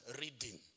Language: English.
reading